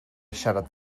siarad